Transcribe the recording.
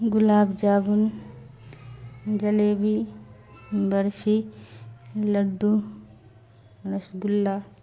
گلاب جامن جلیبی برفی لڈو رس گلہ